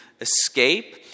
escape